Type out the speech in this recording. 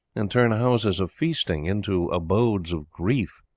and turn houses of feasting into abodes of grief.